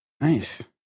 Nice